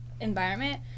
environment